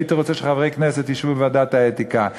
שהייתי רוצה שחברי כנסת ישבו בוועדת האתיקה.